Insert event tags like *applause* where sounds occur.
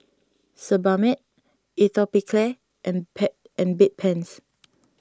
Sebamed Atopiclair and *unintelligible* and Bedpans